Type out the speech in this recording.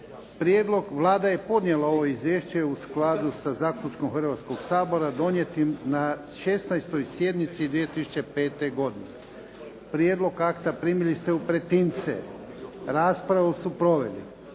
Prijedlog, Vlada je podnijela ovo izvješće u skladu sa zaključkom Hrvatskoga sabora donijetim na 16. sjednici 2005. godine. Prijedlog akta primili ste u pretince. Raspravu su proveli